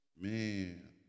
man